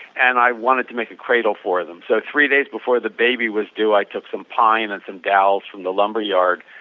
and i wanted to make a cradle for them. so three days before the baby was due i took some pine and some dolls from the lumberyard,